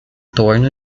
torno